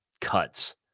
cuts